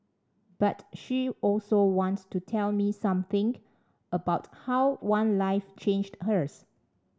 but she also wants to tell me something about how one life changed hers